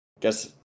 guess